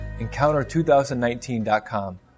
Encounter2019.com